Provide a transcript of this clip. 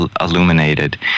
illuminated